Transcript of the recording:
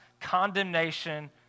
condemnation